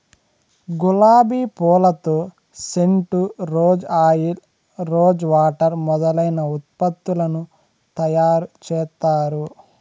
గులాబి పూలతో scent, rose oil, rose water మొదలైన ఉత్పత్తులను తయారు చేత్తారు